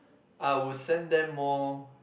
I would send them more